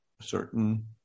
certain